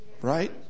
right